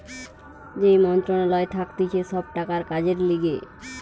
যেই মন্ত্রণালয় থাকতিছে সব টাকার কাজের লিগে